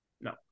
No